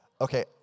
Okay